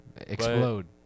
explode